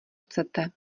chcete